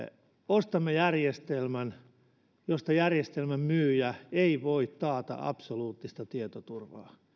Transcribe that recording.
ostamme järjestelmän jolle järjestelmän myyjä ei voi taata absoluuttista tietoturvaa